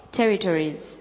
territories